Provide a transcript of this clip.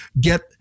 get